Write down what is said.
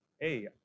hey